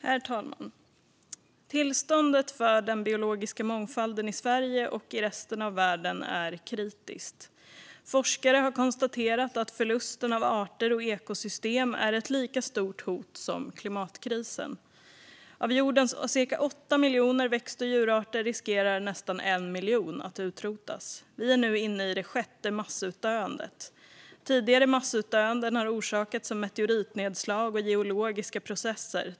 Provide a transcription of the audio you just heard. Herr talman! Tillståndet för den biologiska mångfalden i Sverige och i resten av världen är kritiskt. Forskare har konstaterat att förlusten av arter och ekosystem är ett lika stort hot som klimatkrisen. Av jordens cirka 8 miljoner växt och djurarter riskerar nästan 1 miljon att utrotas. Vi är nu inne i det sjätte massutdöendet. Tidigare massutdöenden har orsakats av meteoritnedslag och geologiska processer.